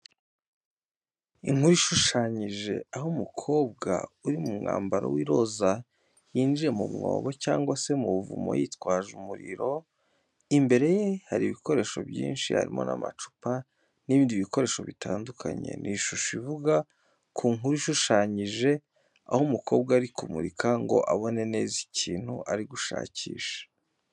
Inkuru ishushanyije, aho umukobwa uri mu mwambaro w’iroza yinjiye mu mwobo, cyangwa se mu buvumo yitwaje umuriro. Imbere ye hari ibikoresho byinshi, harimo amacupa n’ibindi bikoresho bitandukanye. Ni ishusho ivuga ku nkuru ishushanyije, aho umukobwa ari kumurika ngo abone neza ikintu ari gushakisha.